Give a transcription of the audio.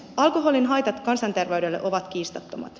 alkoholin haitat kansanterveydelle ovat kiistattomat